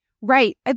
Right